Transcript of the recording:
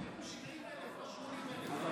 אז ירוויחו 70,000 ולא 80,000, לא יקרה כלום.